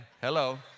Hello